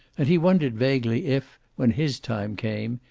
and he wondered vaguely if, when his time came,